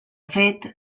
fet